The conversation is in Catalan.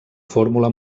fórmula